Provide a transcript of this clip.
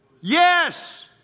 yes